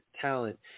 talent